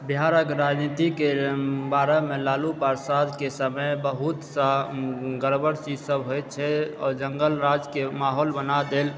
बिहारक राजनीतिके बारे मे लालू प्रसाद के समय बहुत सा गड़बड़ चीज सब होइ छै आओर जंगलराज के माहौल बना देल